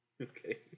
Okay